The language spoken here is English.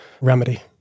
remedy